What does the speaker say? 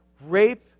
rape